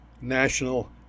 national